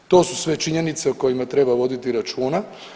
To su sve činjenice o kojima treba voditi računa.